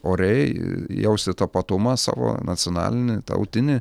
oriai jausti tapatumą savo nacionalinį tautinį